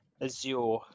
Azure